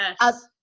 Yes